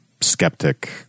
skeptic